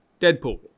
Deadpool